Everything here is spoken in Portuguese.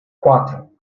quatro